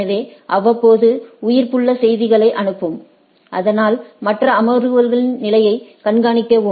எனவே அவ்வப்போது உயிர்ப்புள்ள செய்திகளை அனுப்பவும் இதனால் மற்ற அமர்வுகளின் நிலையை கண்காணிக்கவும்